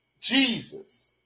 Jesus